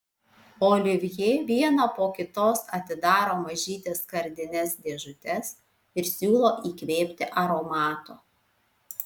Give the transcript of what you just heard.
olivjė vieną po kitos atidaro mažytes skardines dėžutes ir siūlo įkvėpti aromato